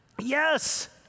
Yes